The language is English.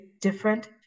different